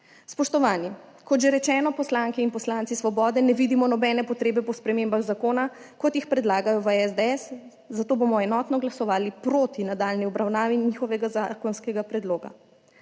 Spoštovani! Kot že rečeno, poslanke in poslanci Svobode ne vidimo nobene potrebe po spremembah zakona, kot jih predlagajo v SDS, zato bomo enotno glasovali proti nadaljnji obravnavi njihovega zakonskega predloga.